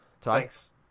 Thanks